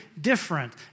different